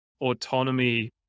autonomy